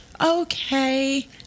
Okay